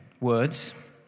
words